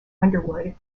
underwood